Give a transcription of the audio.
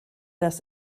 das